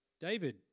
David